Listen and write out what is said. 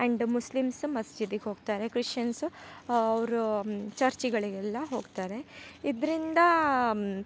and Muslims ಮಸ್ಜಿದಿಗ್ಗೊಗ್ತಾರೆ Christians ಅವ್ರು ಚರ್ಚಿಗಳಿಗೆಲ್ಲ ಹೋಗ್ತಾರೆ ಇದರಿಂದ